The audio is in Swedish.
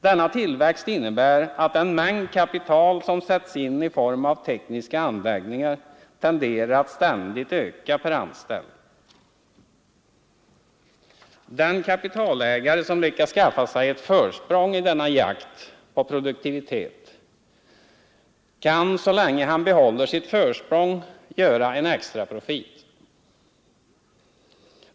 Denna tillväxt innebär att den mängd kapital som sätts in i form av tekniska anläggningar tenderar att ständigt öka per anställd. Den kapitalägare som lyckats skaffa sig ett försprång i denna jakt på produktivitet kan så länge han behåller sitt försprång göra en extra profit.